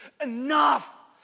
enough